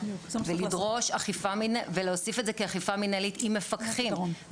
ולדרוש ולהוסיף את זה כאכיפה מנהלית עם מפקחים.